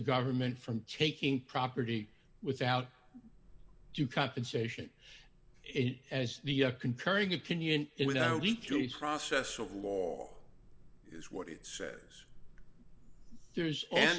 government from taking property without you compensation it as the concurring opinion process of law is what it says there is and